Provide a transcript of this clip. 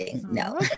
no